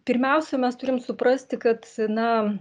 pirmiausia mes turim suprasti kad na